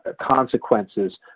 consequences